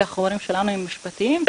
כי החומרים שלנו הם משפטיים,